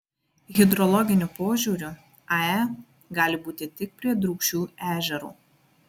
hidrologiniu požiūriu ae gali būti tik prie drūkšių ežero